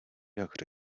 jak